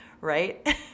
right